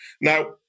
Now